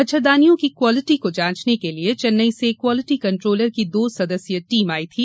मच्छरदानियों की क्वालिटी को जांचने के लिये चेन्नई से क्वालिटी कंट्रोलर की दो सदस्यीय टीम आई थी